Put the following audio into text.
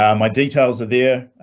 um my details are there.